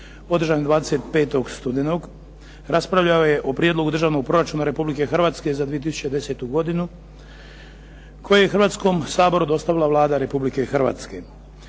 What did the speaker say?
održanoj 25. studenoga raspravljao je o prijedlogu Državnoga proračuna Republike Hrvatske za 2010. godinu koji je Hrvatskom saboru dostavila Vlada Republike Hrvatske.